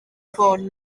ffôn